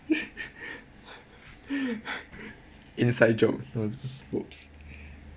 inside jokes whoops